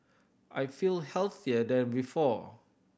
I feel healthier than before